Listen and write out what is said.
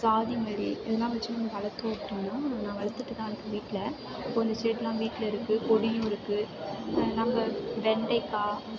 சாதிமல்லி இதெல்லாம் வச்சு நம்ம வளர்த்து விட்டோம்னா நான் வளர்த்துட்டு தான் இருக்கேன் வீட்டில் கொஞ்சம் செடியெல்லாம் வீட்டில் இருக்குது கொடியும் இருக்குது நம்ம வெண்டைக்காய்